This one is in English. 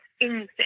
insane